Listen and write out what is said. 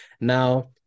now